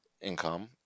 income